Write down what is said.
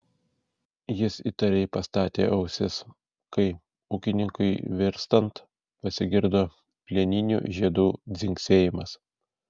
jis įtariai pastatė ausis kai ūkininkui virstant pasigirdo plieninių žiedų dzingsėjimas